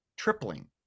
tripling